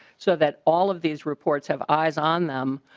so that all of these reports have eyes on them.